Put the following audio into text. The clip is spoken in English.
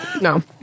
No